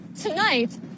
Tonight